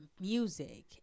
music